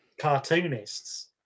cartoonists